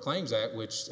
claims act which